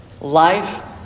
Life